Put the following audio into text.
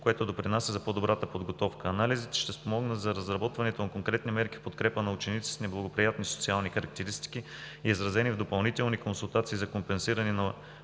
което допринася за по-добрата подготовка. Анализите ще спомогнат за разработването на конкретни мерки в подкрепа на учениците с неблагоприятни социални характеристики, изразени в допълнителни консултации за компенсиране на